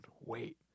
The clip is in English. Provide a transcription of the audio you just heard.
wait